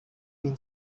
been